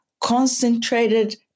concentrated